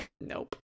Nope